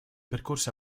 percorso